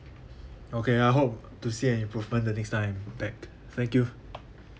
okay I hope to see an improvement the next time I'm back thank you